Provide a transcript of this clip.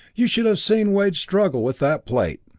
you should have seen wade's struggle with that plate!